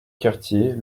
quartier